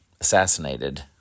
assassinated